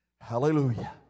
Hallelujah